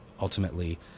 ultimately